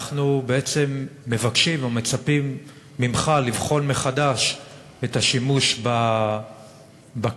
אנחנו מבקשים ומצפים ממך לבחון מחדש את השימוש בכלי